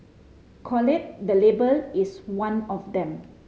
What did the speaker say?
collate the Label is one of them